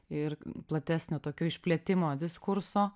ir platesnio tokio išplėtimo diskurso